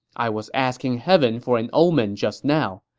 i was asking heaven for an omen just now.